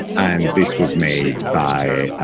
and this was made by,